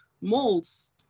molds